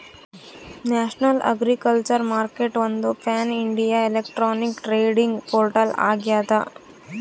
national agriculture ಮಾರ್ಕೆಟ್ಒಂದು pan India electronic trading portal ಆಗ್ಯದ